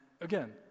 again